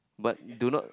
but do not